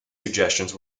suggestions